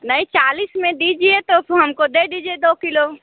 नहीं चालीस में दीजिए तो फिर हमको दे दीजिए दो किलो